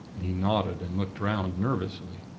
and he nodded and looked round, nervously.